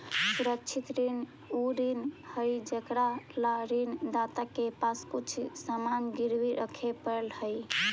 सुरक्षित ऋण उ ऋण हइ जेकरा ला ऋण दाता के पास कुछ सामान गिरवी रखे पड़ऽ हइ